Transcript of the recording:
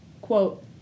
Quote